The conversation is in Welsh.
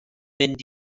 mynd